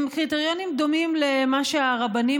הם קריטריונים דומים למה שהרבנים